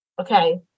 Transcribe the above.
Okay